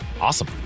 Awesome